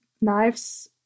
knives